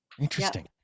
Interesting